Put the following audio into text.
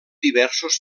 diversos